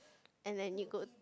and then you go